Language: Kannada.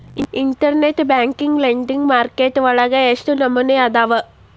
ಇನ್ಟರ್ನೆಟ್ ಬ್ಯಾಂಕ್ ಲೆಂಡಿಂಗ್ ಮಾರ್ಕೆಟ್ ವಳಗ ಎಷ್ಟ್ ನಮನಿಅದಾವು?